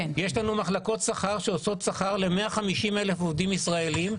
יש לנו מחלקות שכר שמחשבות שכר ל-150,000 עובדים ישראליים.